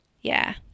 Yeah